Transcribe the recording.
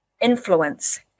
influence